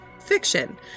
Fiction